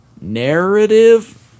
narrative